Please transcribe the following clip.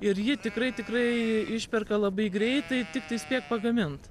ir jį tikrai tikrai išperka labai greitai tiktai spėk pagamint